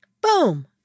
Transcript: Boom